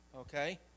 okay